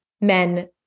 men